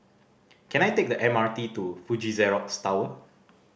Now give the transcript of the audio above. can I take the M R T to Fuji Xerox Tower